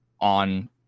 On